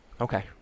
Okay